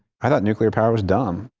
i thought nuclear power was dumb.